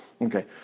Okay